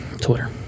Twitter